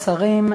שרים,